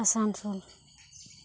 Asansol